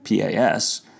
PAS